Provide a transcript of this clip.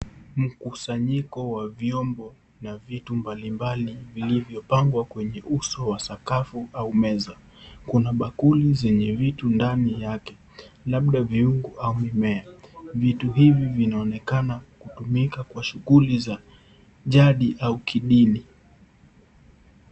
Mkusanyiko wa vyombo na vitu mbalimbali vilivyopangwa kwenye uso wa sakafu au meza. Kuna bakuli zenye vitu ndani yake labda viungu au mimea, vitu hivi vinaonekana kutumika kwa shughuli za jadi au kidini.